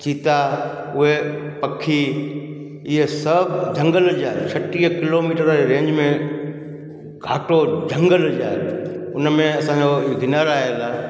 चीता उहे पखी इहे सभु झंगल जे छटीह किलोमीटर जे रेंज में घाटो झंगल आहे उन में असांजो गिरनार आयलु आहे